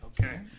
Okay